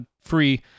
free